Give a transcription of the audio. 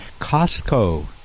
Costco